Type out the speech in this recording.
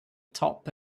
top